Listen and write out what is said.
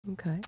Okay